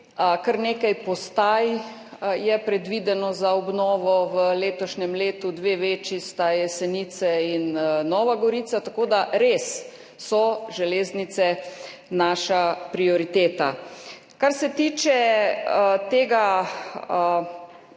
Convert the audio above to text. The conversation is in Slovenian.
Kar nekaj postaj je predvidenih za obnovo v letošnjem letu, dve večji sta Jesenice in Nova Gorica. Tako da res so železnice naša prioriteta. Kar se tiče teh